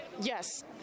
Yes